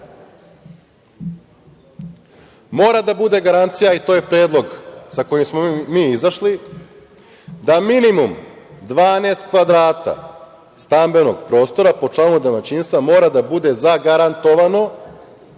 njih. Mora da bude garancija, i to je predlog sa kojim smo mi izašli, da minimum 12 kvadrata stambenog prostora po članu domaćinstva mora da bude zagarantovano,